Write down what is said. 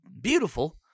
Beautiful